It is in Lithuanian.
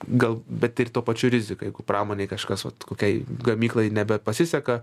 gal bet ir tuo pačiu rizika jeigu pramonėj kažkas vat kokiai gamyklai nebepasiseka